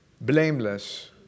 blameless